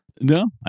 No